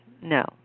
No